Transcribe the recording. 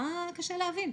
מה קשה להבין?